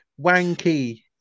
wanky